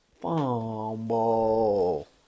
fumble